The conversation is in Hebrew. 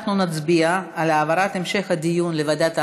אנחנו נצביע על העברת המשך הדיון לוועדת העבודה,